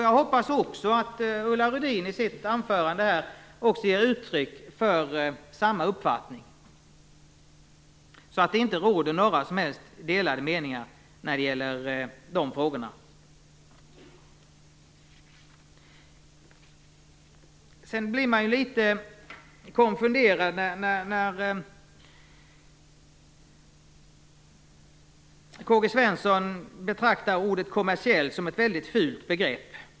Jag hoppas att också Ulla Rudin i sitt anförande ger uttryck för den uppfattningen, så att det inte råder några som helst delade meningar när det gäller de frågorna. Jag blir litet konfunderad över att K-G Svenson tydligen betraktar "kommersiell" som ett väldigt fult begrepp.